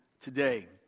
today